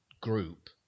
group